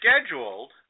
scheduled